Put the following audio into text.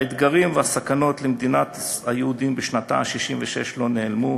האתגרים והסכנות למדינת היהודים בשנתה ה-66 לא נעלמו,